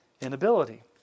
inability